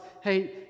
hey